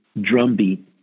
drumbeat